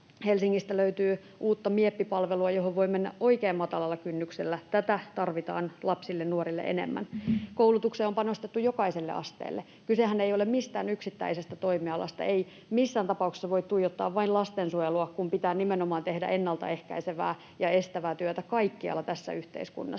Helsingistä löytyy uutta Mieppi-palvelua, johon voi mennä oikein matalalla kynnyksellä. Tätä tarvitaan lapsille, nuorille enemmän. Koulutukseen on panostettu jokaiselle asteelle. Kysehän ei ole mistään yksittäisestä toimialasta. Ei missään tapauksessa voi tuijottaa vain lastensuojelua, kun pitää nimenomaan tehdä ennaltaehkäisevää ja ‑estävää työtä kaikkialla tässä yhteiskunnassa.